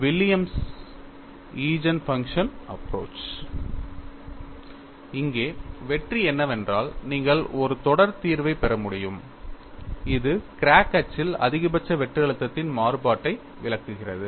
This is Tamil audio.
Williams eigen function approach William's Eigen Function Approach இங்கே வெற்றி என்னவென்றால் நீங்கள் ஒரு தொடர் தீர்வைப் பெற முடியும் இது கிராக் அச்சில் அதிகபட்ச வெட்டு அழுத்தத்தின் மாறுபாட்டை விளக்குகிறது